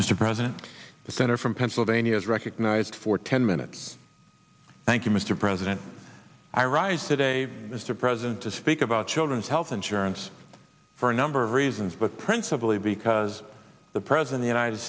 mr president the center from pennsylvania is recognized for ten minutes thank you mr president i rise today mr president to speak about children's health insurance for a number of reasons but principally because the present united